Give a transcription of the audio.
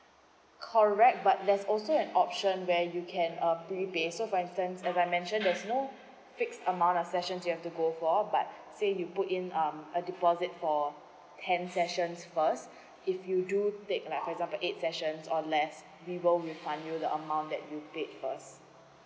correct but there's also an option where you can uh pre pay so for instance like I mention there's no fixed amount of sessions you have to go for but say you put in um a deposit for ten sessions first if you do take like for example eight sessions or less we will refund you the amount that you paid first